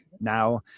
now